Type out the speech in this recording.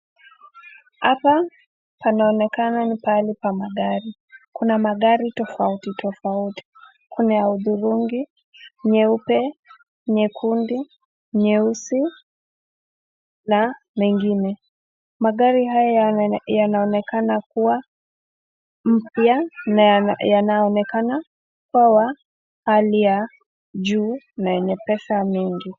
Hapa panaonekana ni pahali pa magari. Kuna magari tofauti tofauti. Kuna ya hudhurungi, nyeupe, nyekundu, nyeusi na mengine. Magari haya yanaonekana kuwa mpya na yanaonekana kuwa hali ya juu na yenye pesa mingi.